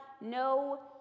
no